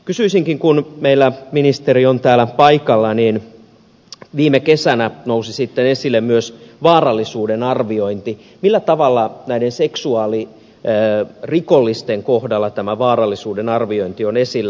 kysyisinkin kun meillä ministeri on täällä paikalla ja viime kesänä nousi esille myös vaarallisuuden arviointi millä tavalla näiden seksuaalirikollisten kohdalla tämä vaarallisuuden arviointi on esillä